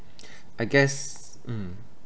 I guess mm